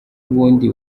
ubundi